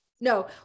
No